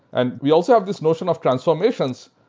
and we also have this notion of transformations.